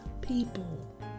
people